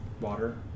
Water